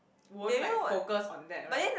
won't like focus on that right